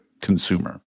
consumer